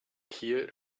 kiel